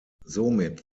somit